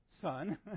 son